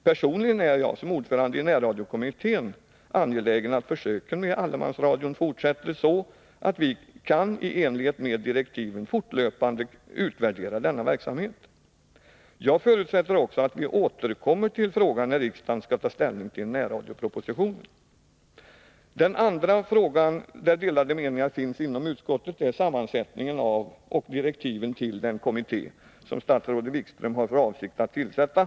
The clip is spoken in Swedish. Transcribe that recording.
Personligen är jag, som ordförande i närradiokommittén, angelägen att försöken med allemansradion fortsätter så, att vi i enlighet med direktiven fortlöpande kan utvärdera denna verksamhet. Jag förutsätter också att vi återkommer till frågan när riksdagen skall ta ställning till närradioproposi Nr 108 Söner Torsdagen den I det andra fallet gäller meningsskiljaktigheterna sammansättningen av 25 mars 1982 och direktiven till den kommitté som statsrådet Wikström har för avsikt att tillsätta.